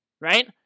right